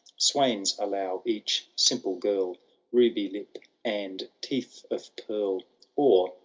swains allow each simple girl buby lip and teeth of pearl or,